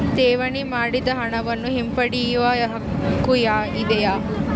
ಠೇವಣಿ ಮಾಡಿದ ಹಣವನ್ನು ಹಿಂಪಡೆಯವ ಹಕ್ಕು ಇದೆಯಾ?